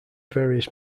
various